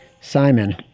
simon